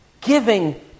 giving